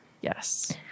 Yes